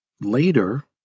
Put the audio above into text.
Later